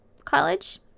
college